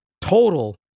total